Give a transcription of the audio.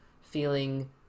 feeling